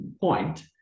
point